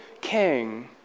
king